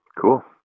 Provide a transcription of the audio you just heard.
cool